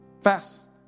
Fast